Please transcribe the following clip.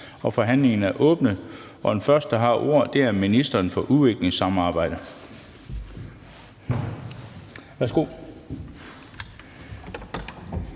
Forhandlingen er åbnet, og den første, der får ordet, er ministeren for udviklingssamarbejde.